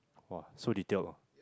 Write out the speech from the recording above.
[wah] so detailed ah